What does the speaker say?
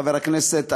חבר הכנסת אלאלוף,